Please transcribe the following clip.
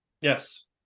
Yes